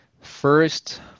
first